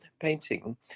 painting